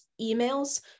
emails